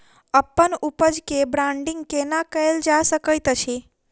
अप्पन उपज केँ ब्रांडिंग केना कैल जा सकैत अछि?